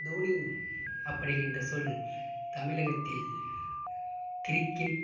தோனி அப்படி என்ற சொல் தமிழகத்தில் கிரிக்கெட்